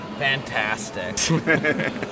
Fantastic